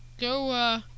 go